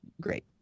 great